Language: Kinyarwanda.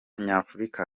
nyafurika